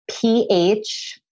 pH